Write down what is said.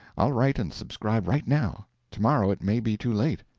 i'll write and subscribe right now tomorrow it maybe too late.